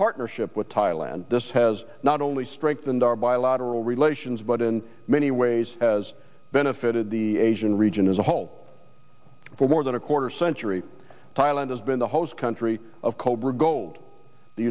partnership with thailand has not only strengthened our bilateral relations but in many ways has benefited the region as a whole for more than a quarter century thailand has been the host country of cobra